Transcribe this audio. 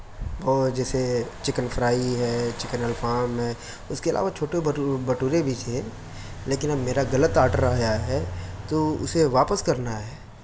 اور جیسے chicken fry ہے چکن الفام ہے اس کے علاوہ چھوٹے بھٹورے بھی تھے لیکن اب میرا غلط آرڈر آیا ہے تو اسے واپس کرنا ہے